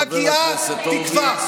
מגיעה תקווה.